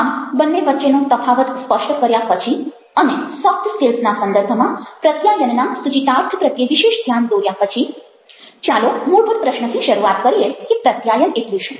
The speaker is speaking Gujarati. આમ બન્ને વચ્ચેનો તફાવત સ્પષ્ટ કર્યા પછી અને સોફ્ટ સ્કિલ્સના સંદર્ભમાં પ્રત્યાયનના સૂચિતાર્થ પ્રત્યે વિશેષ ધ્યાન દોર્યા પછી ચાલો મૂળભૂત પ્રશ્નથી શરૂઆત કરીએ કે પ્રત્યાયન એટલે શું